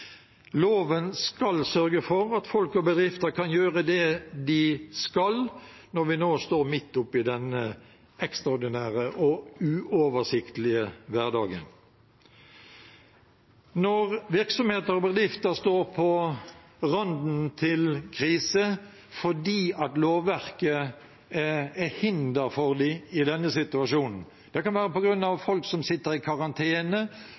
Loven skal sørge for at folk og bedrifter kan gjøre det de skal, når vi nå står midt oppe i denne ekstraordinære og uoversiktlige hverdagen. Når virksomheter og bedrifter står på randen av krise fordi lovverket er et hinder for dem i denne situasjonen – det kan være på grunn av at folk sitter i karantene,